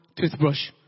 toothbrush